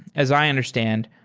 as i understand,